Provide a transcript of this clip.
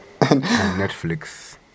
Netflix